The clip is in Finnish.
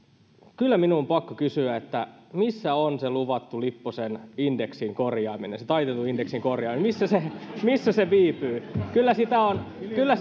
kyllä minun on pakko kysyä missä on se luvattu lipposen indeksin korjaaminen se taitetun indeksin korjaaminen missä se missä se viipyy kyllä